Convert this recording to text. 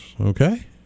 Okay